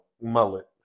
Mullet